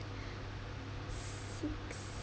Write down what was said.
six